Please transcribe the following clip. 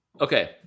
Okay